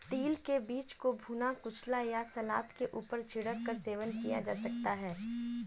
तिल के बीज को भुना, कुचला या सलाद के ऊपर छिड़क कर सेवन किया जा सकता है